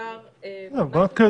יחד עם האמירה שההפעלה לפי 2(א)(1) או לפי 2(א)(2)